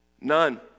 None